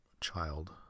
child